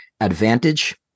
advantage